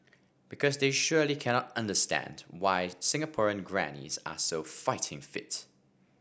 because they surely cannot understand why Singaporean grannies are so fighting fit